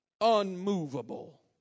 unmovable